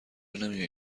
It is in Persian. نمیایی